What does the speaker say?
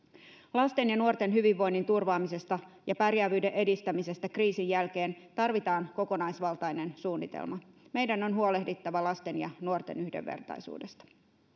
lasten ja nuorten hyvinvoinnin turvaamisesta ja pärjäävyyden edistämisestä kriisin jälkeen tarvitaan kokonaisvaltainen suunnitelma meidän on huolehdittava lasten ja nuorten yhdenvertaisuudesta